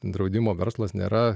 draudimo verslas nėra